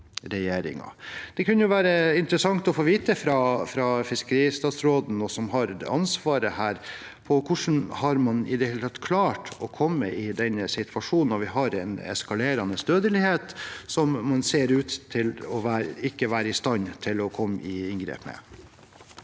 Det kunne være interessant å få vite fra fiskeristatsråden, som har ansvaret her, hvordan man i det hele tatt har klart å komme i denne situasjonen, når vi har en eskalerende dødelighet som man ser ut til å ikke være i stand til å komme i inngrep med.